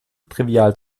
trivial